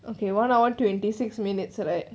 okay one hour twenty six minutes right